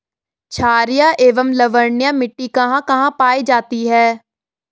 छारीय एवं लवणीय मिट्टी कहां कहां पायी जाती है?